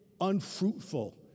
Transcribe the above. unfruitful